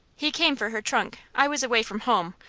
he came for her trunk. i was away from home,